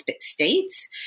States